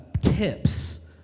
tips